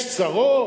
יש צרות?